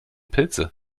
pilze